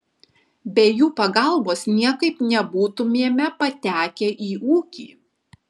be jų pagalbos niekaip nebūtumėme patekę į ūkį